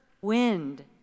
wind